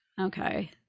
Okay